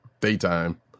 daytime